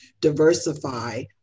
diversify